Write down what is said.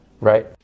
Right